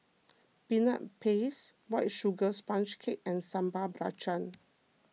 Peanut Paste White Sugar Sponge Cake and Sambal Belacan